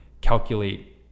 calculate